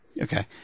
Okay